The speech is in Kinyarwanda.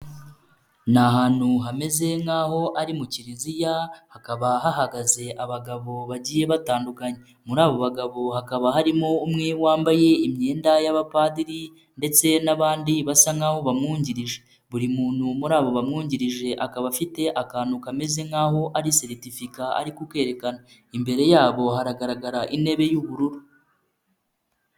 Ni ahantu hameze nk'aho ari mu kiliziya hakaba hahagaze abagabo bagiye batandukanye, muri abo bagabo hakaba harimo umwe wambaye imyenda y'abapadiri ndetse n'abandi basa nk'aho bamwungirije, buri muntu muri abo bamwungirije akaba afite akantu kameze nk'aho ari seritifika ari kukerekana, imbere yabo haragaragara intebe y'ubururu.